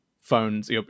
phones